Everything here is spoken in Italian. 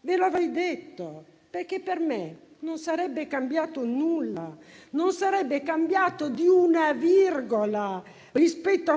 ve lo avrei detto, perché per me non sarebbe cambiato nulla; non sarebbe cambiato di una virgola